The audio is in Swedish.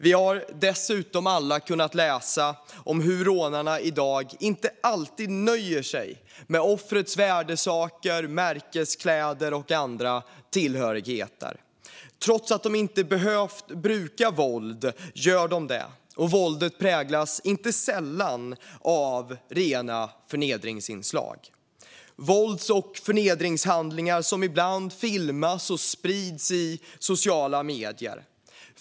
Vi har dessutom alla kunnat läsa om hur rånarna i dag inte alltid nöjer sig med offrets värdesaker, märkeskläder och andra tillhörigheter. Trots att de inte behöver bruka våld gör de det, och våldet präglas inte sällan av ren förnedring. Ibland filmas vålds och förnedringshandlingar och sprids i sociala medier.